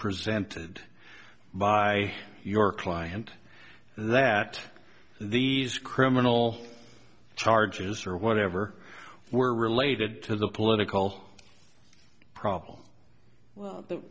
presented by your client that these criminal charges or whatever were related to the political probable well that